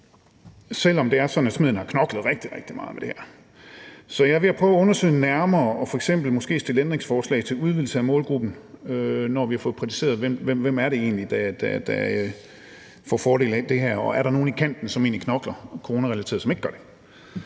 at smeden har knoklet rigtig, rigtig meget med det her. Så jeg er ved at prøve at undersøge det nærmere og måske f.eks. stille ændringsforslag om udvidelse af målgruppen, når vi har fået præciseret, hvem det egentlig er, der får fordelen af alt det her, og om der er nogle i kanten, som egentlig knokler coronarelateret, som ikke får det.